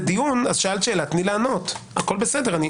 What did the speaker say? הכול בסדר.